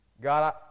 God